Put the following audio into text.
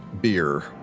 beer